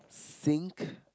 think